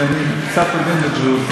שאני קצת מבין בבריאות.